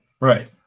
Right